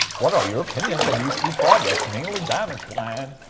what are your opinions on these two projects? mainly damageplan.